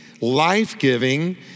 life-giving